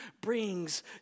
brings